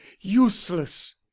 useless